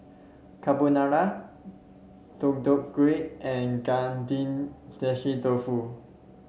Carbonara Deodeok Gui and dofu